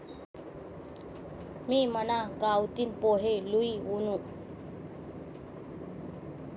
मी मना गावतीन पोहे लई वुनू